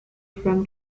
from